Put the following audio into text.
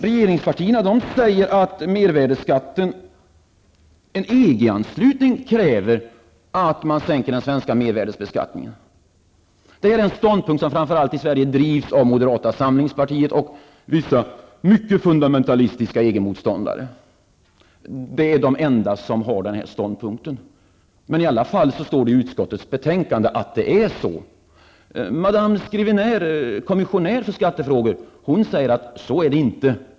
Regeringspartierna säger att en EG anslutning kräver att man sänker den svenska mervärdesbeskattningen. Det är den ståndpunkt som drivs framför allt av moderata samlingspartiet och vissa mycket fundamentalistiska EG motståndare. De är de enda som står för denna ståndpunkt. I utskottets betänkande står det ändå att det förhåller sig på det sättet. Madam Scriviner, kommissionär för skattefrågor, säger att det inte är på det sättet.